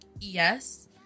yes